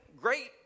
great